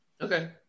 Okay